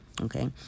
Okay